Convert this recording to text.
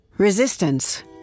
Resistance